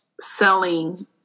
selling